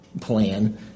plan